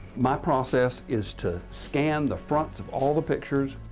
my process is to scan the fronts of all the pictures,